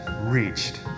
reached